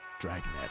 Dragnet